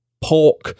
pork